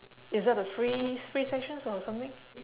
is that the free free sessions or something